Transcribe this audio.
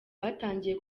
batangiye